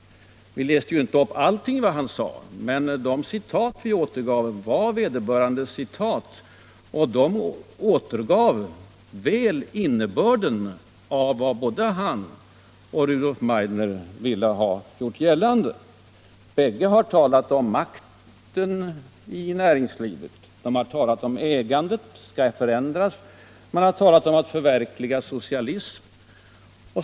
Vi läste ju inte upp allt vad Gunnar Nilsson sade, men de citat vi tog kom från hans egna uttalanden, och de återgav väl innebörden av vad både han och Rudolf Meidner ville göra gällande. Bägge har talat om makten i näringslivet, och de har talat om att ägandet skall förändras. De har talat om att förverkliga socialismen.